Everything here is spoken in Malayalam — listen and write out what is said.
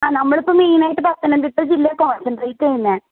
ആ നമ്മളിപ്പോൾ മെയിനായിട്ട് പത്തനംതിട്ട ജില്ല കോൺസഡ്രേറ്റ് ചെയ്യുന്നത്